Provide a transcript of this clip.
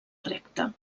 recta